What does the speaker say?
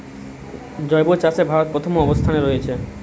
জৈব চাষে ভারত প্রথম অবস্থানে রয়েছে